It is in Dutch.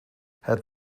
het